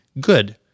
good